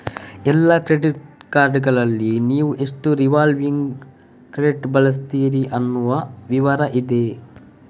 ಎಲ್ಲಾ ಕ್ರೆಡಿಟ್ ಕಾರ್ಡುಗಳಲ್ಲಿ ನೀವು ಎಷ್ಟು ರಿವಾಲ್ವಿಂಗ್ ಕ್ರೆಡಿಟ್ ಬಳಸ್ತೀರಿ ಅನ್ನುವ ವಿವರ ಇದೆ